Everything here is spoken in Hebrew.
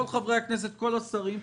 כל חברי הכנסת וכל השרים.